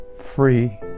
free